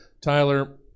Tyler